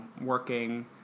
working